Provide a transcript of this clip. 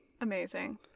amazing